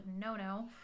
no-no